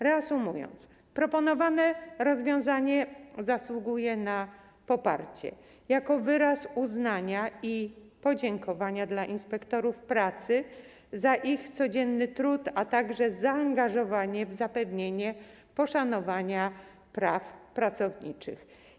Reasumując, proponowane rozwiązanie zasługuje na poparcie jako wyraz uznania i podziękowania dla inspektorów pracy za ich codzienny trud, a także zaangażowanie w zapewnienie poszanowania praw pracowniczych.